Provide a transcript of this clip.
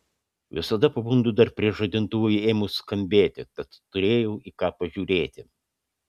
visada pabundu dar prieš žadintuvui ėmus skambėti tad turėjau į ką pažiūrėti